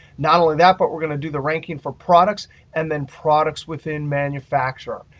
not only that, but we're going to do the ranking for products and then products within manufacturer.